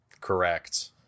Correct